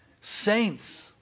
saints